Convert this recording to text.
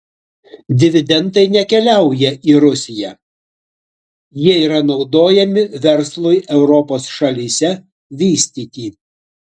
dividendai nekeliauja į rusiją jie yra naudojami verslui europos šalyse vystyti